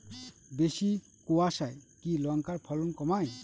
বেশি কোয়াশায় কি লঙ্কার ফলন কমায়?